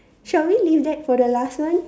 shall we leave that for the last one